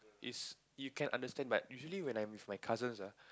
is you can understand but usually when I'm with my cousins ah